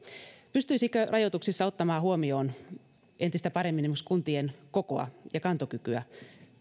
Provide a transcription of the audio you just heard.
pystyisikö rajoituksissa ottamaan huomioon entistä paremmin nykyistä enemmän esimerkiksi kuntien kokoa ja kantokykyä